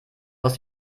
aus